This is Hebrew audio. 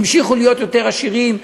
המשיכו להיות יותר עשירים,